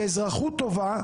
כאזרחות טובה,